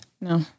No